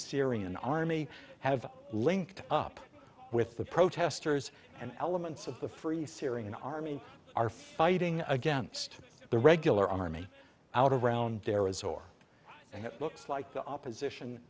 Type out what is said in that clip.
syrian army have linked up with the protesters and elements of the free syrian army are fighting against the regular army out around there is or it looks like the opposition